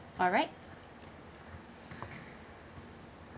alright